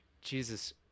Jesus